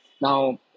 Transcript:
Now